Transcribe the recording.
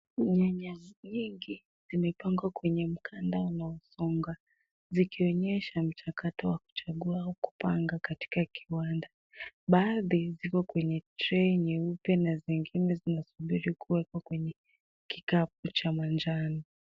Nyanya nyingi zimepangwa kwenye mkanda unaosonga, zikionyesha mchakato wa kuchagua au kupanga katika kiwanda. Baadhi ziko kwenye trei nyeupe na zingine zinasubiri kuwekwa kwenye kikapu cha manjano.